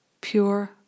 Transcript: pure